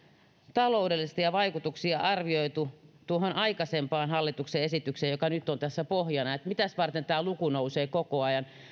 taloudellisia vaikutuksia arvioitu tuohon aikaisempaan hallituksen esitykseen nähden joka nyt on tässä pohjana eli mitäs varten tämä luku nousee koko ajan